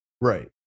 Right